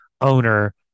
owner